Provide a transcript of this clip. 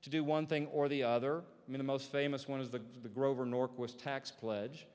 to do one thing or the other in the most famous one of the grover norquist tax pledge